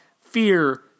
fear